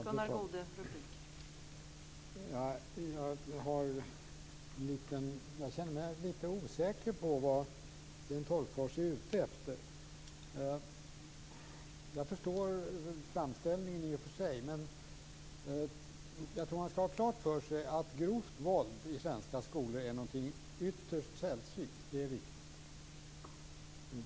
Fru talman! Jag känner mig lite osäker på vad Sten Tolgfors är ute efter. Jag förstår i och för sig framställningen, men man skall ha klart för sig att det är ytterst sällsynt med grovt våld i svenska skolor.